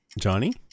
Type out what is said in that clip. Johnny